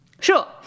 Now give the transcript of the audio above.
Sure